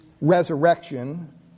resurrection